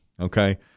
okay